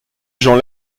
gens